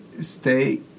stay